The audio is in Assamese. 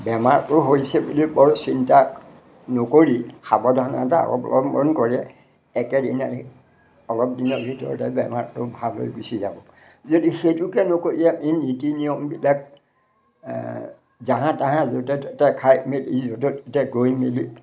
বেমাৰটো হৈছে বুলি বৰ চিন্তা নকৰি সাৱধানতা অৱলম্বন কৰে একেদিনাই অলপ দিনৰ ভিতৰতে বেমাৰটো ভাল হৈ গুচি যাব যদি সেইটোকে নকৰি আমি নীতি নিয়মবিলাক জাহা তাহাঁ য'তে ত'তে খাই মেলি য'তে ত'তে গৈ মেলি